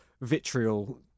vitriol